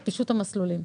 את פישוט המסלולים.